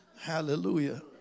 Hallelujah